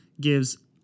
gives